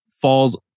falls